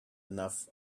enough